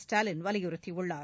ஸ்டாலின் வலியுறுத்தியுள்ளார்